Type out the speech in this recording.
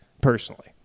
personally